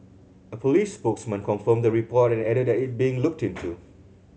a police spokesman confirmed the report and added that it being looked into